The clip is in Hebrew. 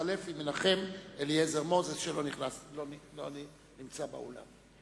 יתחלף עם מנחם אליעזר מוזס, שלא נמצא באולם.